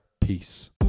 Peace